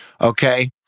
Okay